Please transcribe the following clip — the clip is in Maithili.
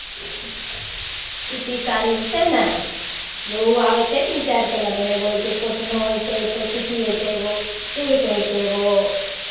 सूती साड़ी जे छै ने जे ओ आबै छै तीन चारि कलरमे एगो होइ छै कॉटनो होइ छै एक ठो सूती होइ छै एगो सिल्क होइ छै एगो